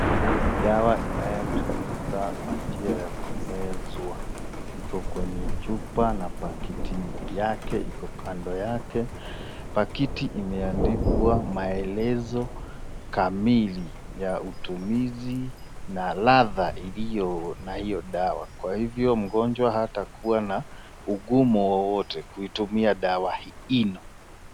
Dawa inayotumika kwa njia ya kumezwa, liko kwenye chupa na paketi yake iko kando yake, paketi imeandikwa maelezo kamili ya utumizi na ladha ya hiyo dawa kwa hivyo mgonjwa hatakuwa na ugumu wowote wa kutumia dawa hii.